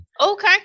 okay